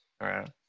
Right